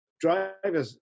Drivers